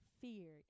fear